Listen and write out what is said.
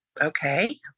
okay